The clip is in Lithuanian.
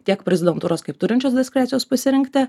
tiek prezidentūros kaip turinčios diskrecijos pasirinkti